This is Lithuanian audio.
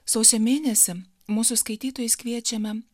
sausio mėnesį mūsų skaitytojus kviečiame